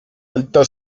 alta